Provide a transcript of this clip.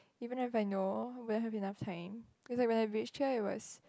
even if I know we'll have enough time cause when I reach here it was